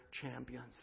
champions